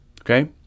okay